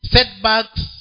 Setbacks